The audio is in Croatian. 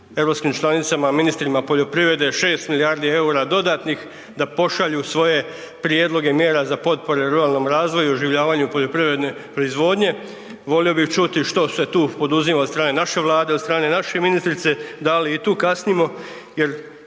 europskim članicama, ministrima poljoprivrede 6 milijardi eura dodatnih da pošalju svoje prijedloge mjera za potpore ruralnom razvoju, oživljavanju poljoprivredne proizvodnje, volio bi čuti što se tu poduzima od strane naše Vlade, od strane naše ministrice, da li i tu kasnimo